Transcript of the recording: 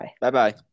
Bye-bye